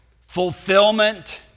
fulfillment